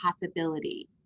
possibility